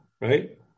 right